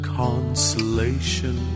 consolation